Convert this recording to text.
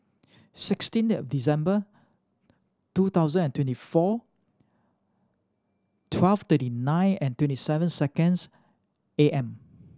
sixteen of December two thousand and twenty four twelve thirty nine and twenty seven seconds A M